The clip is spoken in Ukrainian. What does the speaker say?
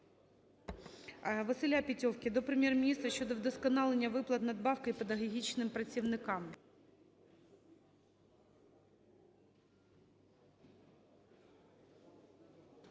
Василя Петьовки до Прем'єр-міністра щодо вдосконалення виплат надбавки педагогічним працівникам.